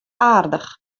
aardich